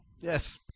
yes